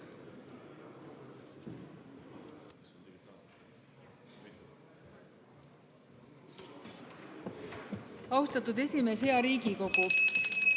Austatud esimees! Hea Riigikogu!